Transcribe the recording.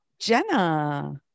jenna